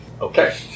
Okay